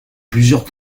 plusieurs